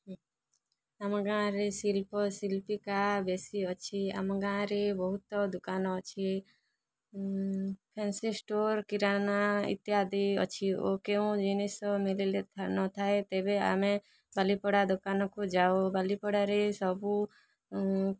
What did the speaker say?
ଆମ ଗାଁରେ ଶିଳ୍ପ ଶିଳ୍ପୀକା ବେଶୀ ଅଛି ଆମ ଗାଁରେ ବହୁତ ଦୋକାନ ଅଛି ଫ୍ୟାନ୍ସି ଷ୍ଟୋର୍ କିରାନା ଇତ୍ୟାଦି ଅଛି ଓ କେଉଁ ଜିନିଷ ମିଳିଲେ ଧ୍ୟାନ ଥାଏ ତେବେ ଆମେ ବାଲିପଡ଼ା ଦୋକାନକୁ ଯାଉ ବାଲିପଡ଼ାରେ ସବୁ